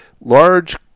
large